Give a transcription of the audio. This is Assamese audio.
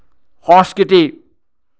সংস্কৃতি